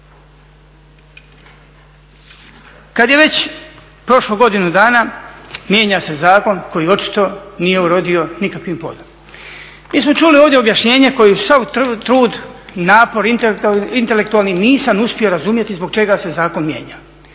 Kad je već prošlo godinu dana, mijenja se zakon koji očito nije urodio nikakvim plodom. Mi smo čuli ovdje objašnjenje koje uz sav trud, napor intelektualni nisam uspio razumjeti zbog čega se zakon mijenja,